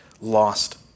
lost